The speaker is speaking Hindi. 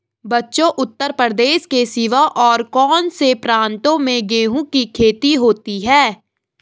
बच्चों उत्तर प्रदेश के सिवा और कौन से प्रांतों में गेहूं की खेती होती है?